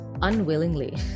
unwillingly